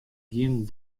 gjin